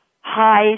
high